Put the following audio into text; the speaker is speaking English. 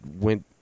went